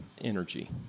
energy